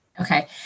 Okay